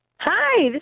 Hi